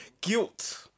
Guilt